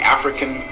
African